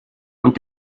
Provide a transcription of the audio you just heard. und